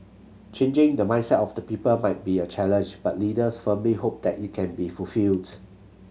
changing the mindset of the people might be a challenge but leaders firmly hope that it can be fulfilled